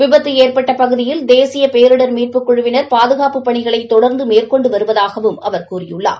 விபத்து ஏற்ட்ட பகுதியில் தேசிய பேரிடர் மீட்புக் குழுவினர் பாதுகாப்பு பணிகளை தொடர்ந்து மேற்கொண்டு வருவதாகவும் அவர் கூறியுள்ளார்